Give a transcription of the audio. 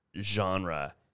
genre